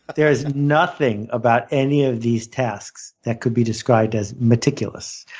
there's nothing about any of these tasks that could be described as meticulous.